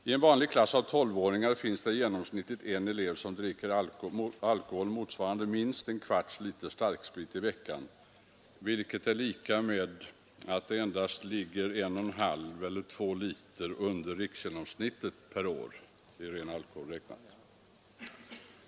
I en vanlig klass av tolvåringar finns det genomsnittligt en elev som dricker alkohol motsvarande minst en kvarts liter starksprit i veckan, vilket är lika med att konsumtionen endast ligger 1,5—2 liter under riksgenomsnittet per år för invånare över 15 år.